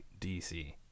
DC